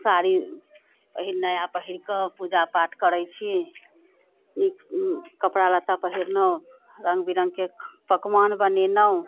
साड़ी पहिर नया पहिर कऽ पूजा पाठ करैत छी नीक कपड़ा लत्ता पहिरलहुँ रङ्ग बिरङ्गके पकवान बनेलहुँ